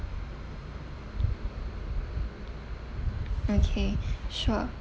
okay sure